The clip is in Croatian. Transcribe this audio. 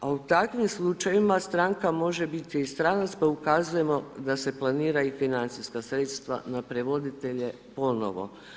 Ali u takvim slučajevima, stranka može biti stranca pa ukazujemo da se planira i financijska sredstva na prevoditelje ponovno.